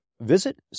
Visit